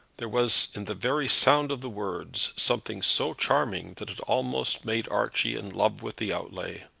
there was in the very sound of the words something so charming that it almost made archie in love with the outlay.